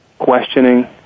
Questioning